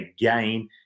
again